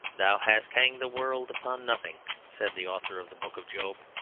thou hast hanged the world upon nothing said the author of the book of job,